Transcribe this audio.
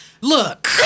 Look